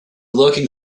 lurking